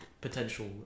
potential